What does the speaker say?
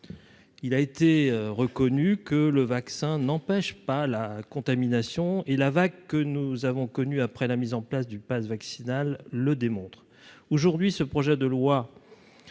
il a été reconnu que le vaccin n'empêche pas la contamination et la vague que nous avons connu après la mise en place du Pass vaccinal le démontre aujourd'hui ce projet de loi